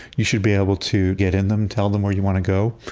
you should be able to get in them, tell them where you want to go,